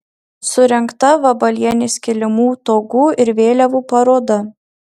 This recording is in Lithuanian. surengta vabalienės kilimų togų ir vėliavų paroda